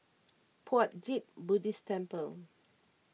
Puat Jit Buddhist Temple